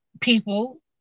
people